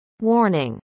Warning